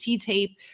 tape